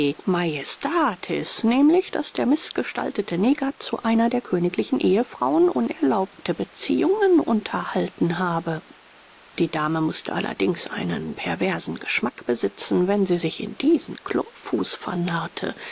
nämlich daß der mißgestaltete neger zu einer der königlichen ehefrauen unerlaubte beziehungen unterhalten habe die dame mußte allerdings einen perversen geschmack besitzen wenn sie sich in diesen